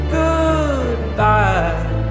goodbye